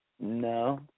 No